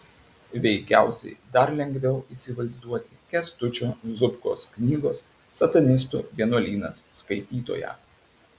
veikiausiai dar lengviau įsivaizduoti kęstučio zubkos knygos satanistų vienuolynas skaitytoją